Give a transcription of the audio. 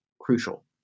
crucial